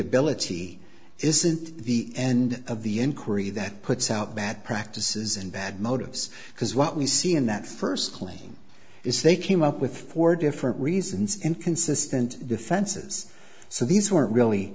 ability isn't the end of the inquiry that puts out bad practices and bad motives because what we see in that first claim is they came up with for different reasons inconsistent defenses so these weren't really